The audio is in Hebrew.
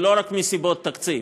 ולא רק מסיבות תקציב.